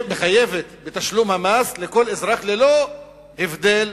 מחייבת כל אזרח בתשלום מס, ללא הבדל